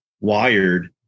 wired